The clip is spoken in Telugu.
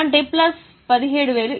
అంటే ప్లస్ 17000 F